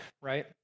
right